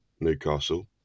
Newcastle